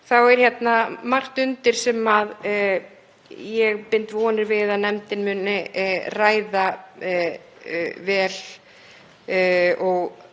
þá er margt undir sem ég bind vonir við að nefndin muni ræða vel og